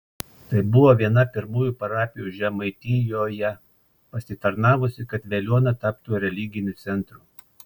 tai buvo viena pirmųjų parapijų žemaitijoje pasitarnavusi kad veliuona taptų religiniu centru